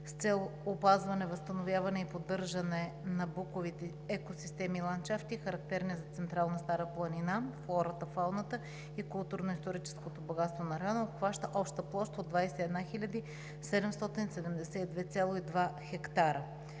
с цел опазване, възстановяване и поддържане на буковите екосистеми и ландшафти, характерни за Централна Стара планина, флората, фауната и културно-историческото богатство на района и обхваща обща площ от 21 772,2 хектара.